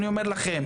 אני אומר לכם,